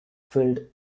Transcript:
filled